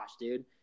dude